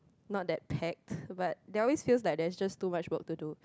not that packed but they always feels like there's just too much work to do